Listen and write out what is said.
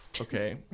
okay